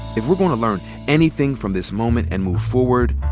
if we're gonna learn anything from this moment and move forward,